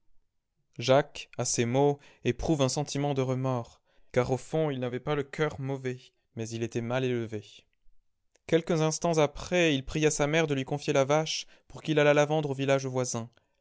jacques à ces mots éprouve un sentiment de remords car au fond il n'avait pas le cœur mauvais mais il était mal élevé quelques instants après il pria sa mère de lui confier la vache pour qu'il allât la vendre au village voisin